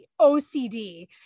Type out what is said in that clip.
OCD